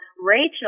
Rachel